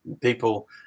people